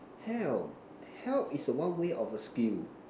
help help is a one way of a skill